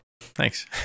Thanks